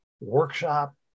workshop